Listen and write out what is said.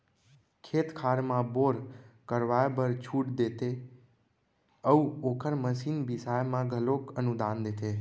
खेत खार म बोर करवाए बर छूट देते अउ ओखर मसीन बिसाए म घलोक अनुदान देथे